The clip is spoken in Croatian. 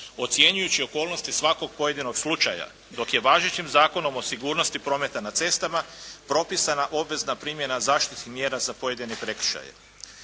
ocjenjujući okolnosti svakog pojedinog slučaja dok je važećim Zakonom o sigurnosti prometa na cestama propisana obvezna primjena zaštitnih mjera za pojedine prekršaje.